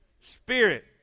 Spirit